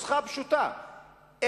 נוסחה פשוטה,